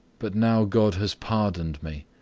but now god has pardoned me.